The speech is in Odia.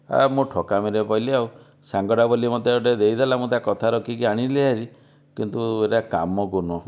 ମୁଁ ଠକାମିରେ ପଡ଼ିଲି ଆଉ ସାଙ୍ଗଟା ବୋଲି ମୋତେ ଗୋଟେ ଦେଇଦେଲା ମୁଁ ତା କଥା ରଖିକି ଆଣିଲି ଭାରି କିନ୍ତୁ ଏଟା କାମକୁ ନୁହଁ